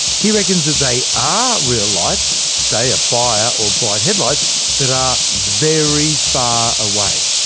he reckons they are real lights say a fire, or bright headlights that are very far away.